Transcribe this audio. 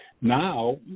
now